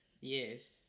Yes